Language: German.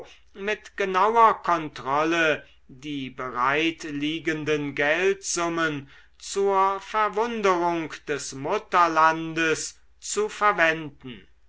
mit genauer kontrolle die bereitliegenden geldsummen zur verwunderung des mutterlandes zu verwenden